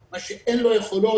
מה שאין לו יכולות,